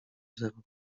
zero